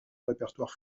répertoire